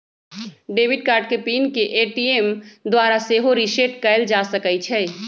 debit card के pin के ATM द्वारा सेहो रीसेट कएल जा सकै छइ